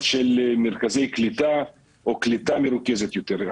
של מרכזי קליטה או קליטה מרוכזת יותר.